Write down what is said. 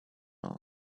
off